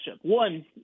One